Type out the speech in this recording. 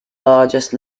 largest